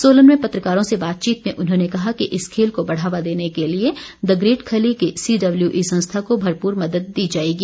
सोलन में पत्रकारों से बातचीत मे उन्होंने कहा कि इस खेल को बढ़ावा देने के लिए द ग्रेट खली की सीडब्ल्यूई संस्था को भरपूर मदद दी जाएगी